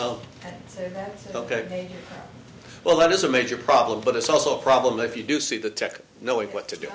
worse ok well that is a major problem but it's also a problem if you do see the tech knowing what to do